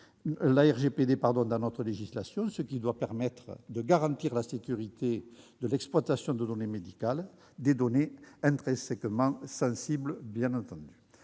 le RGPD, dans notre législation, ce qui doit permettre de garantir la sécurité de l'exploitation de données médicales, des données qui sont bien entendu